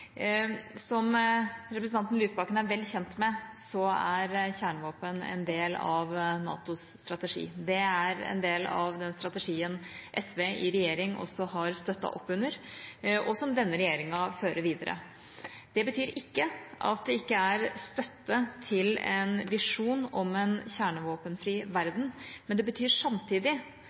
Som representanten Lysbakken er vel kjent med, er kjernevåpen en del av NATOs strategi, det er en del av strategien SV i regjering også har støttet opp under, og som denne regjeringa fører videre. Det betyr ikke at det ikke er støtte til en visjon om en kjernevåpenfri